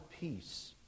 peace